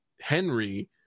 Henry